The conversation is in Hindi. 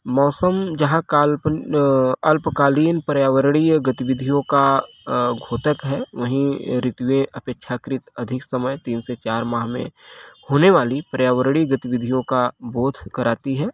मौसम जहाँ काल्पन अल्पकालीन पर्यावरणीय गतिविधियों का घोतक हैं वहीं ऋतुएँ अपेक्षाकृत अधिक समय तीन से चार माह में होने वाली पर्यावरणी गतिविधियों का बोध कराती हैं